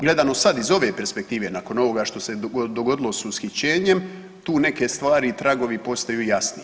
Gledano sad iz ove perspektive nakon ovoga što se dogodilo s uhićenjem tu neke stvari i tragovi postaju jasniji.